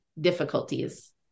difficulties